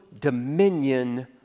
dominion